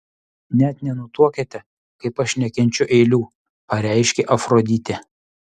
net nenutuokiate kaip aš nekenčiu eilių pareiškė afroditė